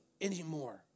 anymore